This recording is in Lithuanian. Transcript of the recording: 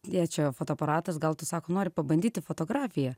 tėčio fotoaparatas gal tu sako nori pabandyti fotografiją